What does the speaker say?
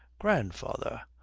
grandfather!